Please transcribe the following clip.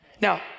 Now